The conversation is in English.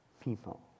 people